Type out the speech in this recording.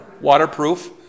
Waterproof